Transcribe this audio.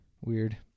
Weird